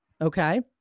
okay